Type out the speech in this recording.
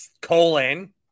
colon